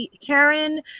Karen